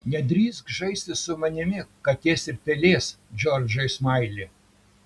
nedrįsk žaisti su manimi katės ir pelės džordžai smaili